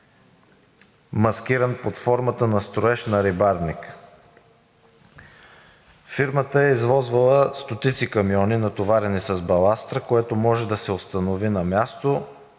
маскиран под формата на „строеж на рибарник“. Фирмата е извозвала стотици камиони, натоварени с баластра, което може да се установи на място,